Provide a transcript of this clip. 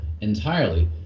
entirely